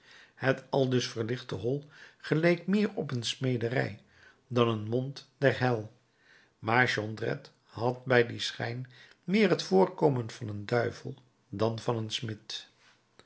het aldus verlichte hol geleek meer een smederij dan een mond der hel maar jondrette had bij dien schijn meer het voorkomen van een duivel dan van een smid